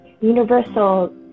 universal